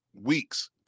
weeks